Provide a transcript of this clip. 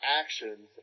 actions